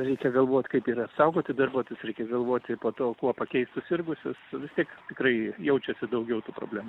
reikia galvot kaip ir apsaugoti darbuotojus reikia galvoti po to kuo pakeist susirgusius vis tiek tikrai jaučiasi daugiau tų problemų